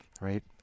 right